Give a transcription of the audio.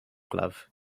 glove